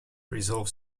resolve